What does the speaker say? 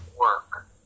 work